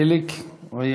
חיליק.